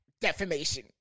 defamation